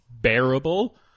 bearable